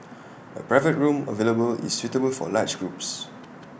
A private room available is suitable for large groups